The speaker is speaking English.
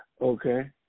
Okay